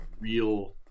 real